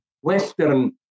Western